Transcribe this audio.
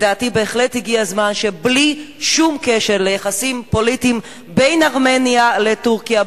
שבהחלט הגיע הזמן שבלי שום קשר ליחסים הפוליטיים בין ארמניה לטורקיה,